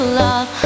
love